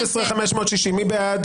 13,541 עד 13,560, מי בעד?